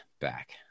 back